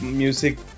music